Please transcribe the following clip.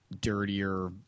dirtier